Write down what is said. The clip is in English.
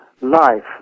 life